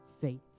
faith